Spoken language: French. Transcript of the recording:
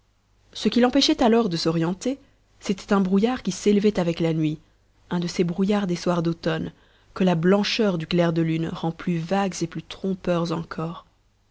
ce qui l'empêchait alors de s'orienter c'était un brouillard qui s'élevait avec la nuit un de ces brouillards des soirs d'automne que la blancheur du clair de lune rend plus vagues et plus trompeurs encore